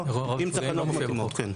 האריכו את זה בשנה אחת בלבד.